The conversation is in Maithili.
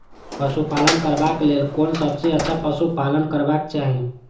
पशु पालन करबाक लेल कोन सबसँ अच्छा पशु पालन करबाक चाही?